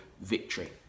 victory